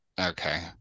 Okay